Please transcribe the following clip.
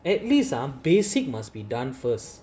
at least ah some basic must be done first